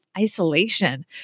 isolation